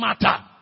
matter